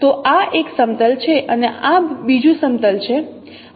તો આ એક સમતલ છે અને આ બીજું સમતલ છે